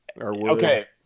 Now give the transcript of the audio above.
Okay